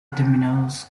determinados